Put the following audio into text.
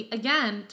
again